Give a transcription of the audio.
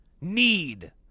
need